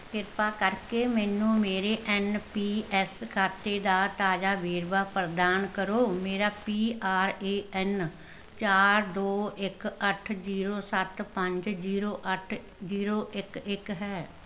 ਕ੍ਰਿਪਾ ਕਰਕੇ ਮੈਨੂੰ ਮੇਰੇ ਐੱਨ ਪੀ ਐੱਸ ਖਾਤੇ ਦਾ ਤਾਜ਼ਾ ਵੇਰਵਾ ਪ੍ਰਦਾਨ ਕਰੋ ਮੇਰਾ ਪੀ ਆਰ ਏ ਐੱਨ ਚਾਰ ਦੋ ਇੱਕ ਅੱਠ ਜੀਰੋ ਸੱਤ ਪੰਦ ਜੀਰੋ ਅੱਠ ਜੀਰੋ ਇੱਕ ਇੱਕ ਹੈ